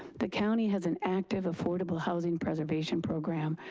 the county has an active affordable housing preservation program,